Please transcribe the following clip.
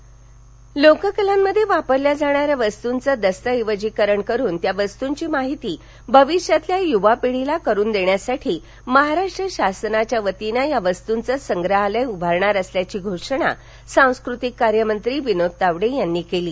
विठाबाई परस्कार लोककलांमध्ये वापरल्या जाणाऱ्या वस्तूंचं दस्तऐवजीकरण करून या वस्तूंची माहिती भविष्यातील यूवा पिढीला करून देण्यासाठी महाराष्ट्र शासनाच्या वतीनं या वस्तूंचं संग्रहालय उभारणार असल्याची घोषणा सांस्कृतिक कार्य मंत्री विनोद तावडे यांनी केली आहे